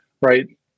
right